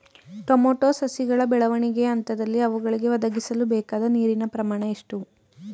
Tomato ಸಸಿಗಳ ಬೆಳವಣಿಗೆಯ ಹಂತದಲ್ಲಿ ಅವುಗಳಿಗೆ ಒದಗಿಸಲುಬೇಕಾದ ನೀರಿನ ಪ್ರಮಾಣ ಎಷ್ಟು?